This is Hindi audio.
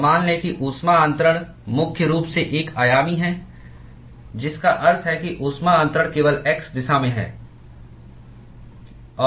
और मान लें कि ऊष्मा अन्तरण मुख्य रूप से एक आयामी है जिसका अर्थ है कि ऊष्मा अन्तरण केवल x दिशा में है